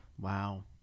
Wow